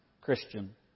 Christian